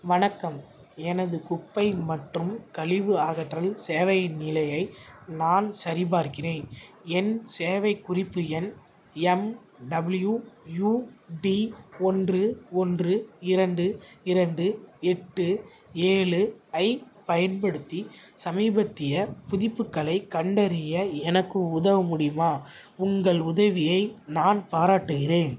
வணக்கம் எனது குப்பை மற்றும் கழிவு அகற்றல் சேவையின் நிலையை நான் சரிபார்க்கிறேன் என் சேவை குறிப்பு எண் எம்டபிள்யூயூடி ஒன்று ஒன்று இரண்டு இரண்டு எட்டு ஏழு ஐப் பயன்படுத்தி சமீபத்திய புதுப்புக்களைக் கண்டறிய எனக்கு உதவ முடியுமா உங்கள் உதவியை நான் பாராட்டுகிறேன்